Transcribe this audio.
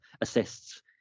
assists